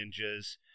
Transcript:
ninjas